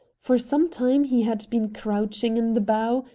for some time he had been crouching in the bow,